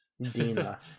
Dina